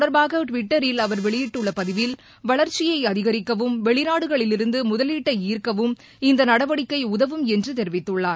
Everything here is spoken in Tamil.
தொடர்பாக வெளியிட்டுள்ள பதிவில் வளர்ச்சியை இத அதிகரிக்கவும் வெளிநாடுகளில் இருந்து முதலீட்டை ஈர்க்கவும் இந்த நடவடிக்கை உதவும் என்று தெரிவித்துள்ளார்